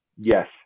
Yes